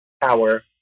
power